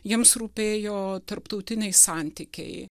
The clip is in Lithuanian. jiems rūpėjo tarptautiniai santykiai